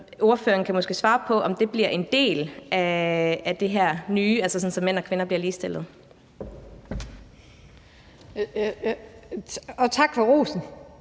Ordføreren kan måske svare på, om det bliver en del af det her nye, altså sådan at mænd og kvinder bliver ligestillet. Kl.